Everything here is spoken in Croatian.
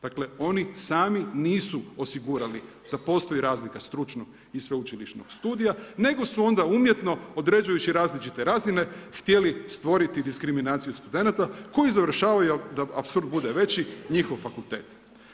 Dakle, oni sami nisu osigurali da postoji razlika stručnog i sveučilišnog studija nego su onda umjetno određujući različite razine htjeli stvoriti diskriminaciju studenata koji završavaju da apsurd bude veći njihov fakultet.